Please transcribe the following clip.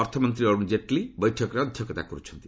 ଅର୍ଥମନ୍ତ୍ରୀ ଅରୁଣ କେଟ୍ଲୀ ବୈଠକରେ ଅଧ୍ୟକ୍ଷତା କରୁଛନ୍ତି